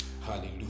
Hallelujah